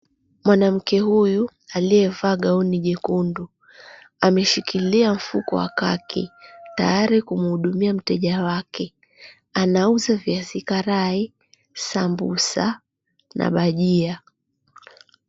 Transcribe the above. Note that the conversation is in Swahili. Mwanamke huyu, aliyevaa gauni jekundu, ameshikilia mfuko wa khaki, tayari kumhudumia mteja wake. Anauza viazi karai, sambusa na bajia.